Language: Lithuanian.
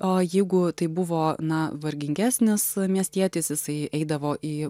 o jeigu tai buvo na vargingesnis miestietis jisai eidavo į